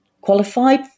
qualified